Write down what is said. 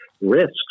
risks